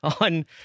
on